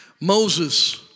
Moses